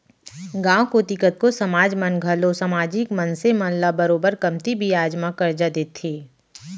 गॉंव कोती कतको समाज मन घलौ समाजिक मनसे मन ल बरोबर कमती बियाज म करजा देथे